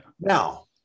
Now